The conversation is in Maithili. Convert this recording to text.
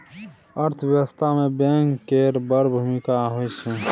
अर्थव्यवस्था मे बैंक केर बड़ भुमिका होइ छै